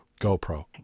GoPro